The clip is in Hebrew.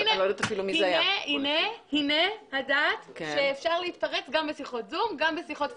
הנה ראיה לכך שאפשר להצטרף גם בשיחות זום וגם בשיחות פרונטליות.